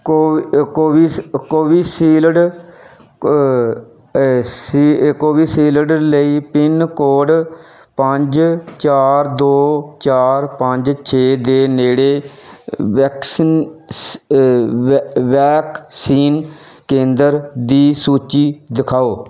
Covishield ਲਈ pin code ਪੰਜ ਚਾਰ ਦੋ ਚਾਰ ਪੰਜ ਛੇ ਦੇ ਨੇੜੇ ਵੈਕਸੀਨ ਕੇਂਦਰ ਦੀ ਸੂਚੀ ਦਿਖਾਓ